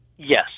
Yes